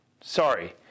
sorry